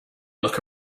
look